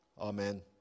Amen